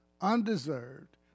undeserved